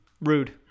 Rude